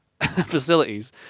facilities